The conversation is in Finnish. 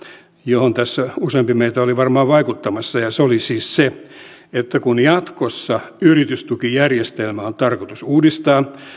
johon useampi meistä oli varmaan vaikuttamassa ja se oli siis se että kun jatkossa yritystukijärjestelmää on tarkoitus uudistaa